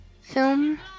film